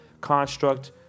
construct